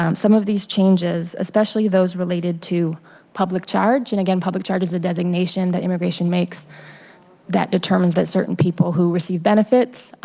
um some of these changes, especially those related to public charge and again public charge is a designation that immigration makes that will determine but certain people who receive benefits.